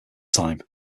time